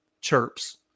chirps